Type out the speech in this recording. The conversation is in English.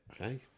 okay